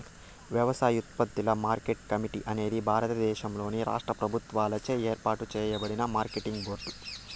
వ్యవసాయోత్పత్తుల market committee అనేది భారతదేశంలోని రాష్ట్ర ప్రభుత్వాలచే ఏర్పాటు చేయబడిన మార్కెటింగ్ బోర్డు